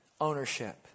ownership